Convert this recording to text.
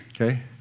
okay